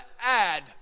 add